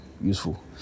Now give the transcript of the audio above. useful